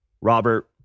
Robert